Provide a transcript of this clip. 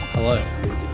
Hello